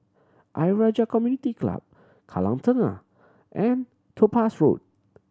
Ayer Rajah Community Club Kallang Tengah and Topaz Road